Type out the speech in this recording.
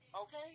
Okay